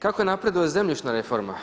Kako napreduje zemljišna reforma?